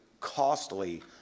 costly